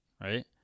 right